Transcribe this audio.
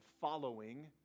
following